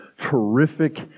terrific